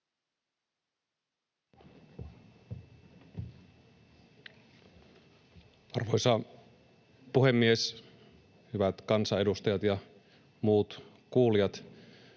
Arvoisa puhemies, hyvät kansanedustajat ja muut kuulijat!